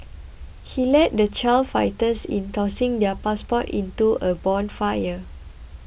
he led the child fighters in tossing their passports into a bonfire